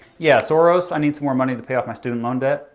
yeah soros? i need some more money to pay off my student loan debt.